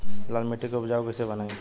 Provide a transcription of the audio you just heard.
लाल मिट्टी के उपजाऊ कैसे बनाई?